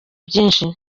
byinshi